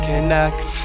Connect